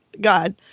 God